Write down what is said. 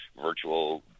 virtual